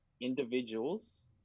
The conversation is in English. individuals